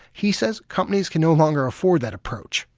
he says companies can no longer afford that approach.